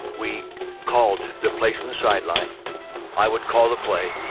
we called the plays from the sideline i would call the play.